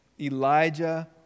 Elijah